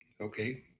Okay